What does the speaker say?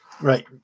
Right